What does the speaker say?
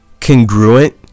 congruent